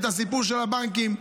את הסיפור של הבנקים.